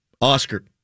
Oscar